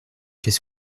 qu’est